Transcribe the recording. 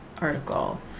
article